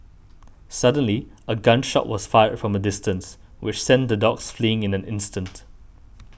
suddenly a gun shot was fired from a distance which sent the dogs fleeing in an instant